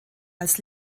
als